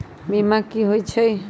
बीमा कि होई छई?